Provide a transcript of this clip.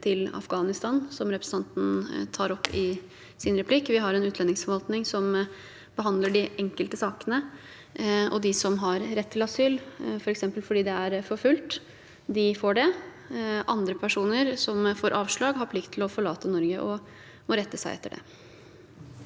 til Afghanistan, som representanten tar opp i sin replikk. Vi har en utlendingsforvaltning som behandler de enkelte sakene, og de som har rett til asyl, f.eks. fordi de er forfulgt, får det. Personer som får avslag, har plikt til å forlate Norge og må rette seg etter det.